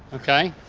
okay.